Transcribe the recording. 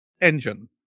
engine